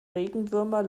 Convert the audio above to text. regenwürmer